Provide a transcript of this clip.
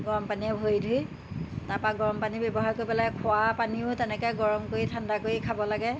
গৰম পানীয়ে ভৰি ধুই তাৰপৰা গৰম পানী ব্যৱহাৰ কৰিব লাগে খোৱা পানীও তেনেকৈ গৰম কৰি ঠাণ্ডা কৰি খাব লাগে